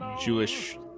Jewish